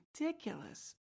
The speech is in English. ridiculous